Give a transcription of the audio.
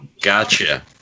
Gotcha